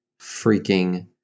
freaking